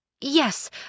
Yes